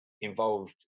involved